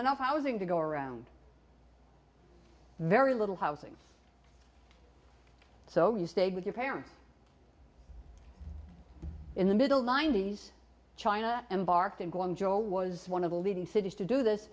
enough housing to go around very little housing so you stayed with your parents in the middle ninety's china embarked and joe was one of the leading cities to do this